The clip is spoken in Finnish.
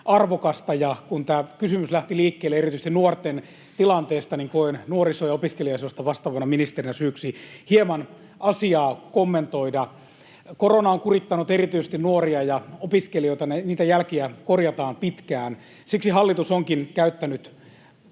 arvokasta. Ja kun tämä kysymys lähti liikkeelle erityisesti nuorten tilanteesta, niin koen, että nuoriso- ja opiskeluasioista vastaavana ministerinä minun on syytä asiaa hieman kommentoida. Korona on kurittanut erityisesti nuoria ja opiskelijoita, niitä jälkiä korjataan pitkään. Siksi hallitus onkin käyttänyt